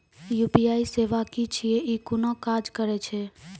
UPI सेवा की छियै? ई कूना काज करै छै?